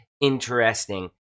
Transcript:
interesting